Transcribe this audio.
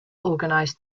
organized